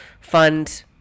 fund